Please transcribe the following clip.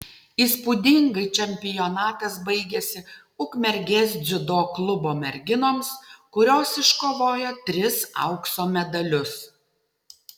įspūdingai čempionatas baigėsi ukmergės dziudo klubo merginoms kurios iškovojo tris aukso medalius